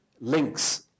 links